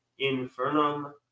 infernum